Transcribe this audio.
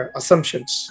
assumptions